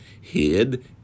hid